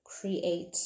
create